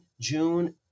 June